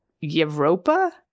Europa